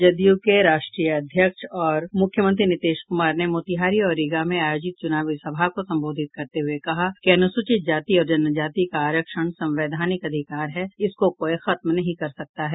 जदयू के राष्ट्रीय अध्यक्ष और मुख्यमंत्री नीतीश कुमार ने मोतिहारी और रीगा में आयोजित चुनावी सभा को संबोधित करते हुये कहा कि अनुसूचित जाति और जनजाति का आरक्षण संवैधानिक अधिकार है इसको कोई खत्म नहीं कर सकता है